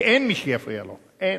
כי אין מי שיפריע לו, אין,